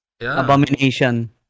Abomination